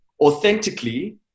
authentically